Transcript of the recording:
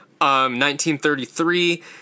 1933